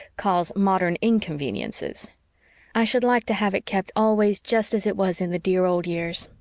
calls modern inconveniences i should like to have it kept always just as it was in the dear old years.